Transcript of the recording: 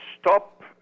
stop